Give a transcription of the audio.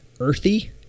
earthy